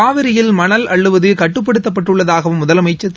காவிரியில் மணல் அள்ளுவது கட்டுப்படுத்தப்பட்டுள்ளதாகவும் முதலமைச்சர் தெரிவித்தார்